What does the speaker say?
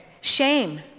Shame